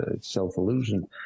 self-illusion